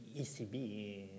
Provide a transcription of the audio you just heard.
ECB